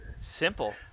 simple